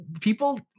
People